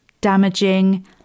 damaging